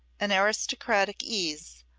an aristocratic ease,